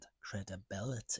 credibility